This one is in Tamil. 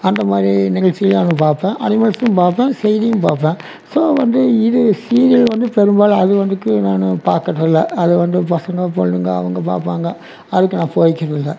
அந்த மாதிரி நிகழ்ச்சிலான் நான் பார்ப்பேன் அனிமல்ஸ்சும் பார்ப்பேன் செய்தியும் பார்ப்பேன் ஸோ வந்து இது சீரியல் வந்து பெரும்பாலும் அது வந்துட்டு நான் பார்க்குறது இல்லை அது வந்து பசங்க குழந்தைங்க அவங்க பார்ப்பாங்க அதுக்கு நான்